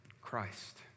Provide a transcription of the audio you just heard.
Christ